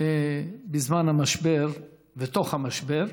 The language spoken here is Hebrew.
בזמן המשבר ותוך המשבר,